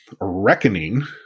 reckoning